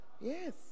yes